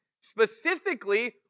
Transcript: Specifically